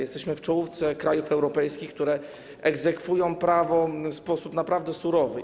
Jesteśmy w czołówce krajów europejskich, które egzekwują prawo w sposób naprawdę surowy.